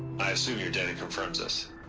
i assume your data confirms this